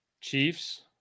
Chiefs